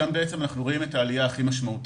שם אנחנו רואים את העלייה הכי משמעותית.